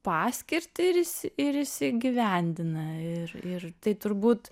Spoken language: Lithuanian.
paskirtį ir įsi ir įsigyvendina ir ir tai turbūt